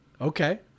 Okay